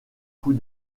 coup